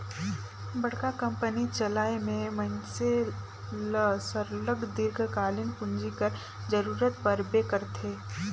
बड़का कंपनी चलाए में मइनसे ल सरलग दीर्घकालीन पूंजी कर जरूरत परबे करथे